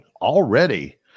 Already